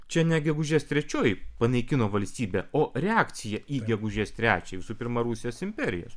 čia ne gegužės trečioji panaikino valstybę o reakcija į gegužės trečiąją visų pirma rusijos imperijos